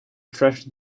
thresh